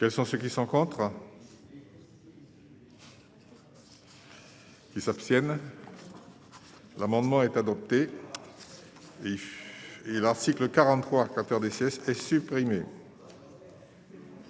Quels sont ceux qui sont contre. Qui s'abstiennent, l'amendement est adopté et l'article 43, peur des est supprimé.